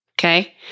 Okay